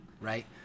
right